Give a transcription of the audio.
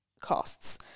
costs